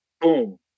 Boom